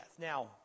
Now